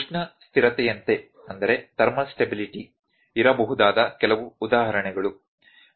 ಉಷ್ಣ ಸ್ಥಿರತೆಯಂತೆ ಇರಬಹುದಾದ ಕೆಲವು ಉದಾಹರಣೆಗಳು